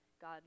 God